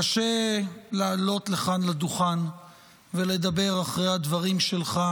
קשה לעלות לכאן לדוכן ולדבר אחרי הדברים שלך,